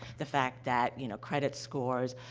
the fact that, you know, credit scores,